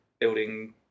building